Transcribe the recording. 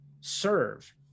serve